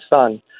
son